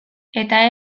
eta